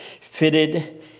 fitted